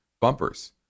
bumpers